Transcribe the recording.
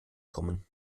kommen